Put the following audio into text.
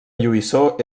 lluïssor